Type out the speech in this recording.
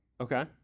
Okay